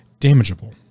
damageable